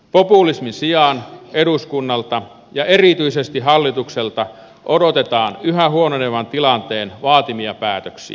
populismin sijaan eduskunnalta ja erityisesti hallitukselta odotetaan yhä huononevan tilanteen vaatimia päätöksiä